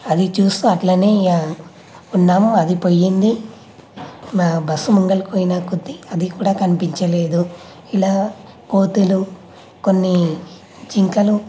అది చూస్తూ అట్లనే ఉన్నాము అది పోయింది బస్సు ముంగలి పోయినకొద్దీ అది కూడా కనిపించలేదు ఇలా కోతులు కొన్ని జింకలు